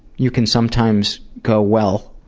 you can sometimes go well,